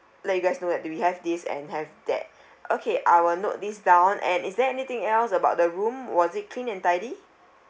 let you guys know that we have this and have that okay I will note this down and is there anything else about the room was it clean and tidy